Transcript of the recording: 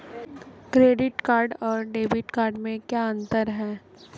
Credit card और debit card में क्या अंतर है?